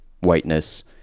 whiteness